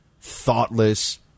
thoughtless